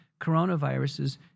coronaviruses